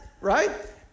right